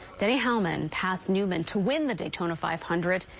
denny hamlin passed newman to win the daytona five hundred.